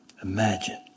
imagine